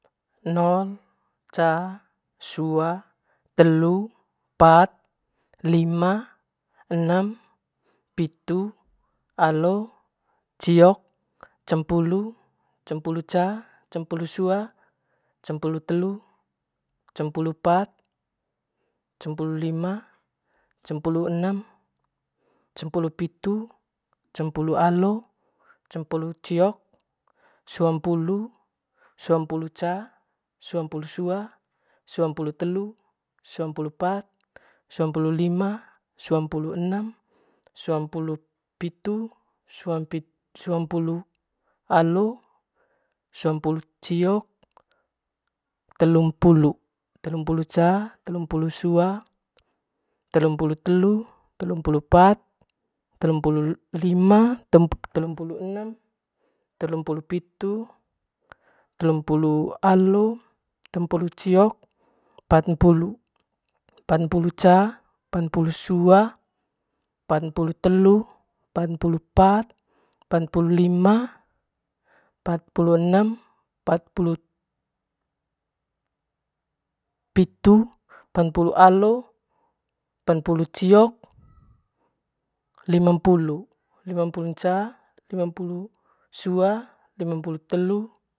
Nol ca sua telu pat lima enem pitu alo ciok cempulu cempulu ca cempulu su cempulu telu cempulu pat cempulu lima cempulu enem cempulu pitu cempulu alo cempulu ciok suampulu suampulu ca suampulu sua suampulu telu suampulu pat lima suampulu enem suampulu suampulu alo suampulu ciok telumpulu telumpulu ca telumpulu sua telumpulu telu telumpulu pat telumpulu lima telumpulu enem telumpulu pitu telumpulu alo telumpulu ciok patnmpulu patnmpulu ca patnmpulu sua patnmpulu telu patnmpulu pat patmpulu lima patmpulu enem patmpulu pitu patmpulu alo patmpulu ciok limampulu limampulun limampulu limampulu sua limampulu telu.